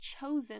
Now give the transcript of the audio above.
chosen